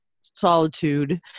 solitude